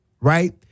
right